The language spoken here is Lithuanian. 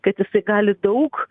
kad jisai gali daug